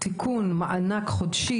ט"ו בסיון התשפ"ב,